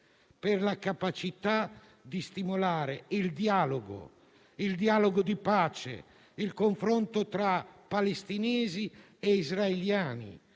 per la capacità di stimolare il dialogo di pace e il confronto tra palestinesi e israeliani.